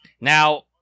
Now